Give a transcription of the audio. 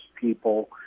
people